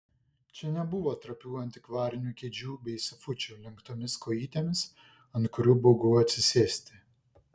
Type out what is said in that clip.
čia nebuvo trapių antikvarinių kėdžių bei sofučių lenktomis kojytėmis ant kurių baugu atsisėsti